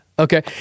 Okay